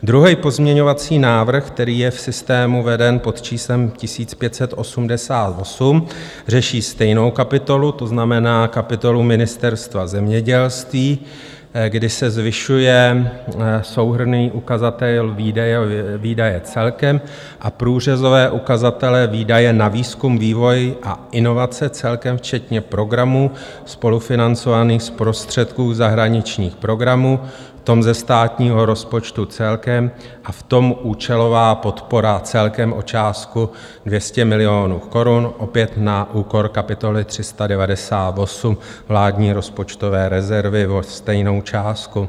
Druhý pozměňovací návrh, který je v systému veden pod číslem 1588, řeší stejnou kapitolu, to znamená kapitolu Ministerstva zemědělství, kdy se zvyšuje souhrnný ukazatel Výdaje celkem a průřezové ukazatele Výdaje na výzkum, vývoj a inovace celkem včetně programu spolufinancovaných z prostředků zahraničních programů, v tom ze státního rozpočtu celkem a v tom účelová podpora celkem o částku 200 milionů korun, opět na úkor kapitoly 398, Vládní rozpočtové rezervy, o stejnou částku.